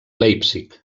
leipzig